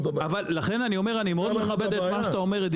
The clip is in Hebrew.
אמרתי להם: אני אקח אתכם לבית משפט.